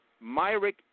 Myrick